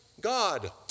God